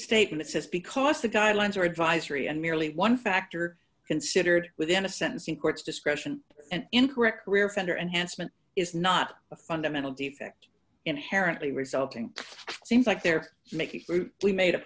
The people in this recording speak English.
statement says because the guidelines are advisory and merely one factor considered within a sentence in courts discretion and incorrect career offender and hansen is not a fundamental defect inherently resulting seems like they're making we made a